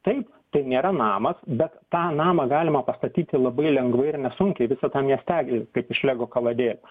taip tai nėra namas bet tą namą galima pastatyti labai lengvai ir nesunkiai visą tą miestelį kaip iš lego kaladėlių